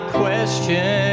question